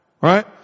right